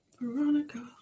Veronica